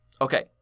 Okay